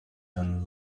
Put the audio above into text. than